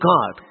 God